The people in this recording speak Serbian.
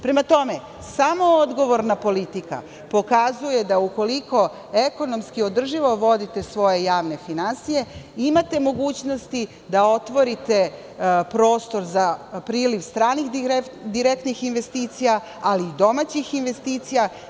Prema tome, samo odgovorna politika pokazuje da ukoliko ekonomski održivo vodite svoje javne finansije imate mogućnost da otvorite prostor za priliv stranih direktnih investicija, ali i domaćih investicija.